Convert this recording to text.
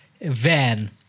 Van